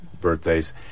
birthdays